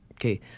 Okay